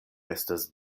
estas